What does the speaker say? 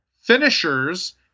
finishers